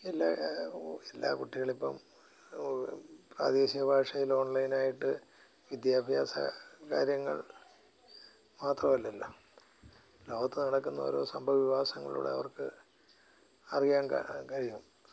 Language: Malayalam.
എല്ലാ എല്ലാ കുട്ടികളും ഇപ്പം പ്രാദേശിക ഭാഷയിൽ ഓൺലൈനായിട്ട് വിദ്യാഭ്യാസ കാര്യങ്ങൾ മാത്രം അല്ലല്ലോ ലോകത്ത് നടക്കുന്ന ഓരോ സംഭവവികാസങ്ങളിലൂടെ അവർക്ക് അറിയാൻ കഴിയുന്നു